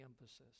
emphasis